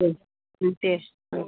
औ उम दे औ